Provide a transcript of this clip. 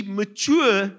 mature